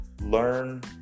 Learn